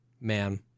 Man